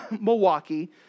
Milwaukee